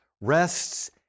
rests